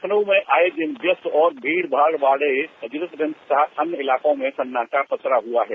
लखनऊ में आए दिन व्यस्त और भीड़ भाड़ वाले हजरतगंज तथा अन्य इलाकों में सन्नाटा पसरा हुआ है